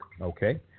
okay